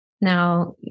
Now